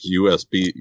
USB